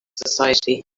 society